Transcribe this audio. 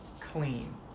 clean